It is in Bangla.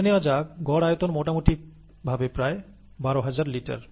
ধরে নেওয়া যাক গড় আয়তন মোটামুটি ভাবে প্রায় 12 হাজার লিটার